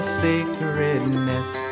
sacredness